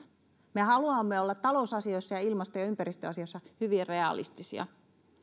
me haluamme olla talousasioissa ja ilmasto ja ympäristöasioissa hyvin realistisia